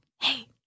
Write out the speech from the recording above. Hey